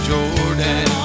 Jordan